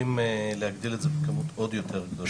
הולכים להגדיל את זה בכמות עוד יותר גדולה,